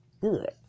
good